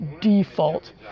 default